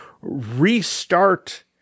restart